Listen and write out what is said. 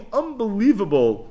unbelievable